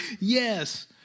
Yes